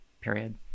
period